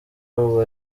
ubu